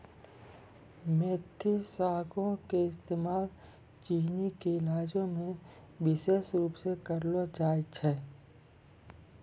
मेथी सागो के इस्तेमाल चीनी के इलाजो मे विशेष रुपो से करलो जाय छै